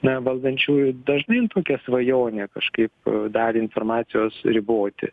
na valdančiųjų dažnai tokia svajonė kažkaip dalį informacijos riboti